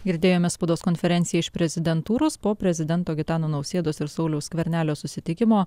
girdėjome spaudos konferenciją iš prezidentūros po prezidento gitano nausėdos ir sauliaus skvernelio susitikimo